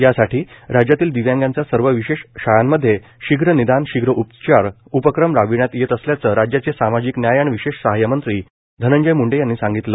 यासाठी राज्यातील दिव्यांगांच्या सर्व विशेष शाळांमध्ये शीघ्र निदान शीघ्र उपचार उपक्रम राबविण्यात येत असल्याचे राज्याचे सामाजिक न्याय आणि विशेष सहाय्य मंत्री धनंजय मुंडे यांनी सांगितले